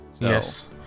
Yes